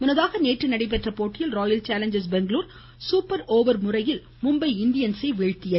முன்னதாக நேற்று நடைபெற்ற போட்டியில் Royal Challengers Bangalore super over முறையில் மும்பை இண்டியன்சை வீழ்த்தியது